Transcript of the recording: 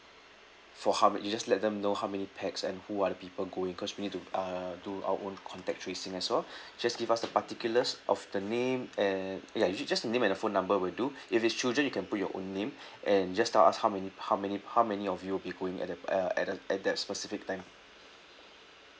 for how ma~ you just let them know how many pax and who are the people going cause we need to uh do our own contact tracing as well just give us the particulars of the name and ya just the name and phone number will do if it's children you can put your own name and just tell us how many how many how many of you will be going at a a at a at that specific time